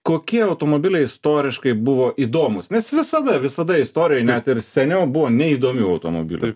kokie automobiliai istoriškai buvo įdomūs nes visada visada istorijoj net ir seniau buvo neįdomių automobilių